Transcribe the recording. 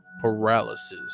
paralysis